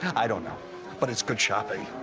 i don't know but it's good shopping.